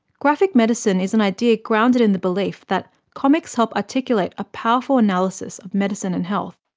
graphic medicine is an idea grounded in the belief that comics help articulate a powerful analysis of medicine and health.